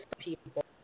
people